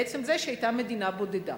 מעצם זה שהיא היתה מדינה בודדה.